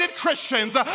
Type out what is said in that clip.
Christians